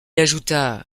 ajouta